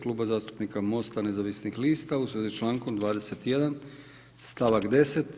Kluba zastupnika MOST-a nezavisnih lista u svezi s člankom 21. stavak 10.